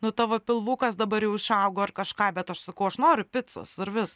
nu tavo pilvukas dabar jau išaugo ar kažką bet aš sakau aš noriu picos ir vis